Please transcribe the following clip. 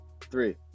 three